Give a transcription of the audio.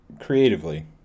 creatively